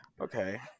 Okay